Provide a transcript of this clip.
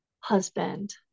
husband